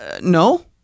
no